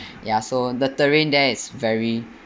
ya so the terrain there is very